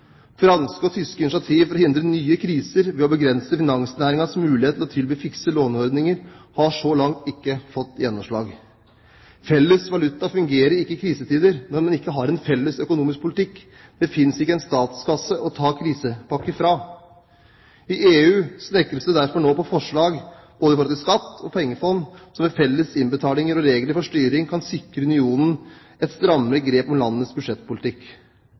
Franske og tyske initiativ for å hindre nye kriser ved å begrense finansnæringens mulighet til å tilby fikse låneordninger har så langt ikke fått gjennomslag. Felles valuta fungerer ikke i krisetider når en ikke har en felles økonomisk politikk. Det finnes ikke en statskasse å ta krisepakker fra. I EU snekres det derfor nå på forslag både i forhold til skatt og pengefond som ved felles innbetalinger og regler for styring kan sikre unionen et strammere grep om landenes budsjettpolitikk.